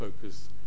focus